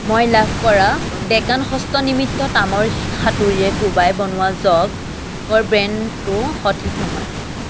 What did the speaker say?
মই লাভ কৰা ডেকান হস্তনিৰ্মিত তামৰ হাতুৰীৰে কোবাই বনোৱা জগৰ ব্ৰেণ্ডটো সঠিক নহয়